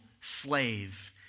slave